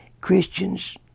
Christians